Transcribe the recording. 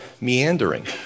meandering